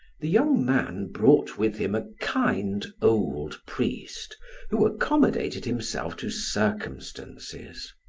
the young man brought with him a kind, old priest who accommodated himself to circumstances.